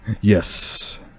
Yes